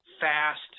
fast